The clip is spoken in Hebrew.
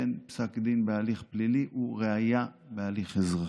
שכן פסק דין בהליך פלילי הוא ראיה בהליך אזרחי,